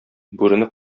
бүрене